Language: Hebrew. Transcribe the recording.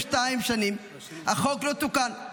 72 שנים, החוק לא תוקן,